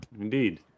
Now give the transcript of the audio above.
indeed